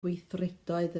gweithredoedd